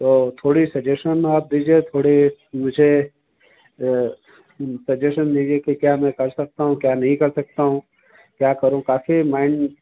तो थोड़ी सजेशन आप दीजिए थोड़ी मुझे सजेशन दीजिये की क्या मैं कर सकता हूँ क्या नही कर सकता हूँ क्या करूँ काफी माइंड